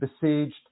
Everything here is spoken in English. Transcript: besieged